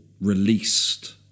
released